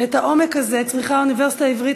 ואת העומק הזה צריכה האוניברסיטה העברית